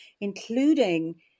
including